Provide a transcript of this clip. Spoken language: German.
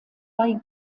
bei